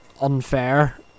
unfair